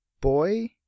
boy